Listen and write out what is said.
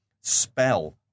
spell